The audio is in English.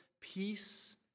peace